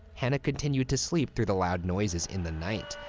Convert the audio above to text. hannah continued to sleep through the loud noises in the night,